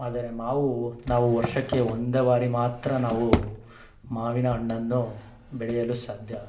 ಆದರೆ ಮಾವು ನಾವು ವರ್ಷಕ್ಕೆ ಒಂದು ಬಾರಿ ಮಾತ್ರ ನಾವು ಮಾವಿನ ಹಣ್ಣನ್ನು ಬೆಳೆಯಲು ಸಾಧ್ಯ